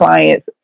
clients